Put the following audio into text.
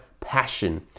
passion